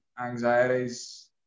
anxieties